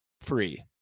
free